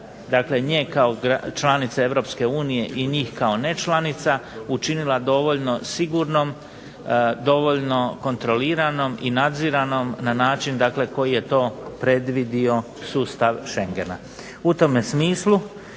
dakle nje kao članice Europske unije i njih kao nečlanica učinila dovoljno sigurnom, dovoljno kontroliranom i nadziranom na način dakle koji je to predvidio sustav Šengena. U tome smislu